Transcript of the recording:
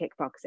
kickboxing